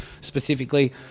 specifically